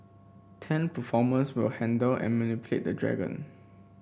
ten performers will handle and manipulate the dragon